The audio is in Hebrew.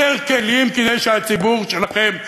יותר כלים כדי שהציבור שלכם,